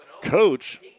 coach